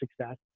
success